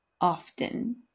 often